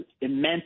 immense